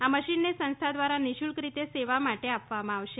આ મશીનને સંસ્થા દ્વારા નિઃશુલ્ક રીતે સેવા માટે આપવામાં આવશે